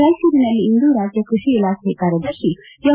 ರಾಯಚೂರಿನಲ್ಲಿಂದು ರಾಜ್ಯ ಕೃಡಿ ಇಲಾಖೆಯ ಕಾರ್ಯದರ್ಶಿ ಎಂ